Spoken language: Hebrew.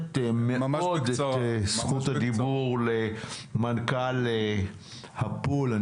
אני יושב-ראש מועדון האופנועים הישראלי.